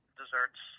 desserts